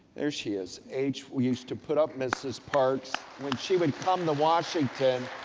there she is. h used to put up mrs. parks when she would come to washington,